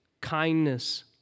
kindness